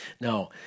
Now